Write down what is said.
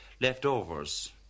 leftovers